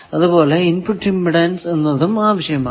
അതുപോലെ input impedance എന്നതും ആവശ്യമാണ്